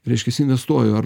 reiškiasi investuoju ar